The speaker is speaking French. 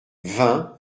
vingt